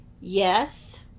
Yes